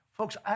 Folks